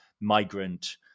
migrant